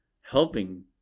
helping